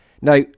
Now